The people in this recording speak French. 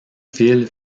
fil